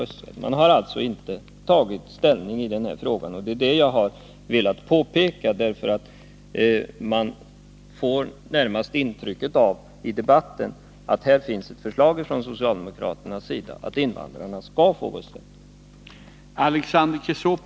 Socialdemokraterna har alltså inte tagit ställning i den här frågan, och det är detta jag har velat påpeka, för man får närmast intrycket av i debatten att här finns ett förslag från socialdemokraternas sida att invandrarna skall få rösträtt.